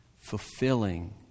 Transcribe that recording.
fulfilling